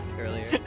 earlier